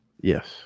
Yes